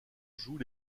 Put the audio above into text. joue